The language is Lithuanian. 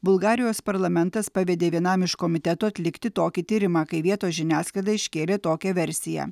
bulgarijos parlamentas pavedė vienam iš komitetų atlikti tokį tyrimą kai vietos žiniasklaida iškėlė tokią versiją